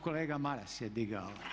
Kolega Maras je digao